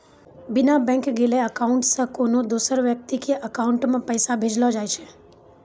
बिना बैंक गेलैं अकाउंट से कोन्हो दोसर व्यक्ति के अकाउंट मे पैसा भेजलो जाय छै